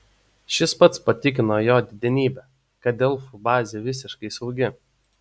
šis pats patikino jo didenybę kad delfų bazė visiškai saugi